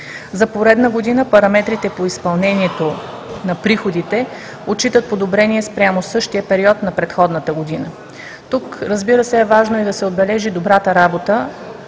За поредна година параметрите по изпълнението на приходите отчитат подобрение спрямо същия период на предходната година. Тук, разбира се, е важно да се отбележи и добрата работа,